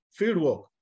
fieldwork